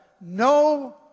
no